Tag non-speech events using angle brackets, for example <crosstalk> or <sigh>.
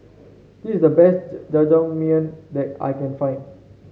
this is the best <unintelligible> Jajangmyeon that I can find